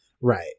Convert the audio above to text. Right